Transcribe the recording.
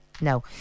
No